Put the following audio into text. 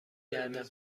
گردم